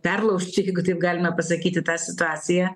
perlaužt čia jeigu taip galima pasakyti tą situaciją